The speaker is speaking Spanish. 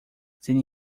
sin